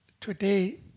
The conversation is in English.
today